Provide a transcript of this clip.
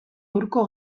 hurko